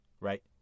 Right